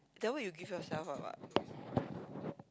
then why you give yourself up what